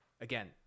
again